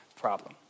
problem